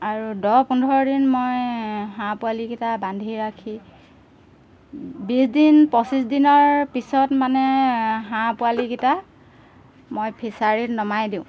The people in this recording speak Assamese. আৰু দহ পোন্ধৰ দিন মই হাঁহ পোৱালিকেইটা বান্ধি ৰাখি বিছদিন পঁচিছ দিনৰ পিছত মানে হাঁহ পোৱালিকেইটা মই ফিছাৰীত নমাই দিওঁ